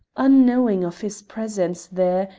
unknowing of his presence there,